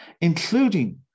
including